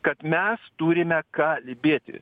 kad mes turime kalbėti